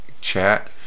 chat